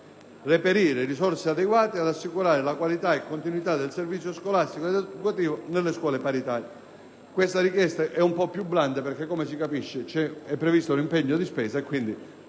reperire risorse adeguate ad assicurare la qualità e continuità del servizio scolastico ed educativo nelle scuole paritarie». Questa seconda richiesta è più blanda perché - come si capisce - è previsto un impegno di spesa che sappiamo